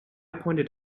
pointed